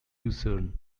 lucerne